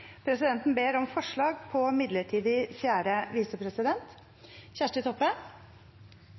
Presidenten ber om forslag på midlertidig fjerde visepresident.